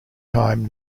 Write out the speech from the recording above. time